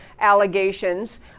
allegations